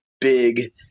big